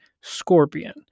Scorpion